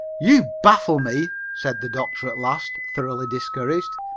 you baffle me, said the doctor at last, thoroughly discouraged.